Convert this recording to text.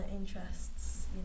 interests